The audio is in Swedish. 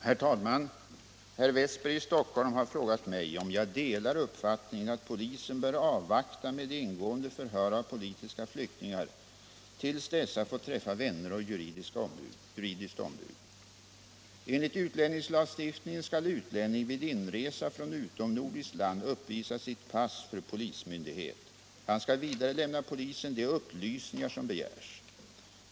Herr talman! Herr Wästberg i Stockholm har frågat mig om jag delar uppfattningen att polisen bör avvakta med ingående förhör av politiska flyktingar tills dessa fått träffa vänner och juridiskt ombud. Enligt utlänningslagstiftningen skall utlänning vid inresa från utomnordiskt land uppvisa sitt pass för polismyndighet. Han skall vidare lämna polisen de upplysningar som begärs.